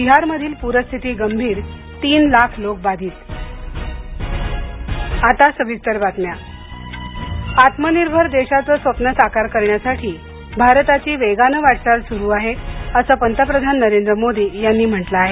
बिहार मधली पूर स्थिती गंभीर लाख लोक बाधित आत्मनिर्भर देशाचं स्वप्न साकार करण्यासाठी भारताची वेगानं वाटचाल सुरू आहे अस पंतप्रधान नरेंद्र मोदी यांनी म्हटलं आहे